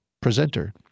presenter